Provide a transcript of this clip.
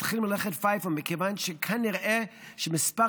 מתחילים ללכת פייפן כיוון שכנראה מספר